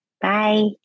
Bye